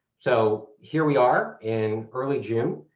so here we are in early june.